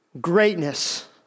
Greatness